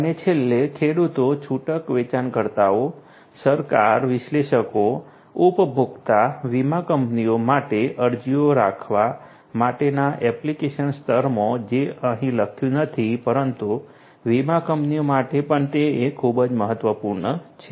અને છેલ્લે ખેડૂતો છૂટક વેચાણકર્તાઓ સરકાર વિશ્લેષકો ઉપભોક્તા વીમા કંપનીઓ માટે અરજીઓ રાખવા માટેના એપ્લિકેશન સ્તરમાં જે અહીં લખ્યું નથી પરંતુ વીમા કંપનીઓ માટે પણ તે ખૂબ જ મહત્વપૂર્ણ છે